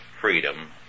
freedom